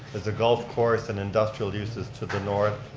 there's a golf course and industrial uses to the north.